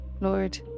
Lord